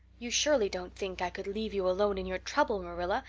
you surely don't think i could leave you alone in your trouble, marilla,